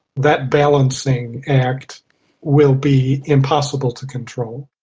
that balancing act will be impossible to control.